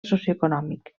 socioeconòmic